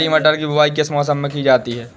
हरी मटर की बुवाई किस मौसम में की जाती है?